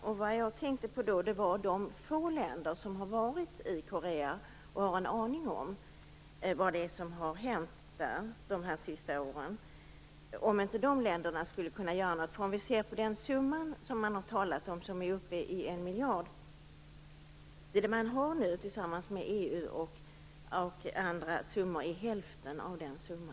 Kanske skulle de få länder vilkas representanter har varit i Nordkorea under de sista åren och fått en uppfattning om vad som har hänt där kunna göra någonting. Den summa som man har talat om är uppe i närmast en miljard. Det som man nu har tillsammans med pengarna från EU och andra summor utgör hälften av denna summa.